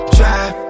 Drive